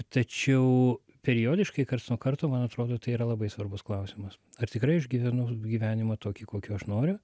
tačiau periodiškai karts nuo karto man atrodo tai yra labai svarbus klausimas ar tikrai aš gyvenu gyvenimą tokį kokio aš noriu